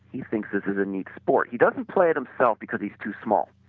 he thinks this is a need sport. he doesn't play it himself because he is too small,